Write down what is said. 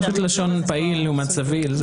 לשון פעיל לעומת סביל.